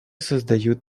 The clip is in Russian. создают